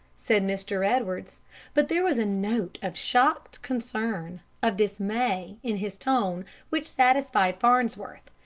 said mr. edwards but there was a note of shocked concern, of dismay, in his tone which satisfied farnsworth,